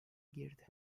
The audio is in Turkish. girdi